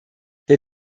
der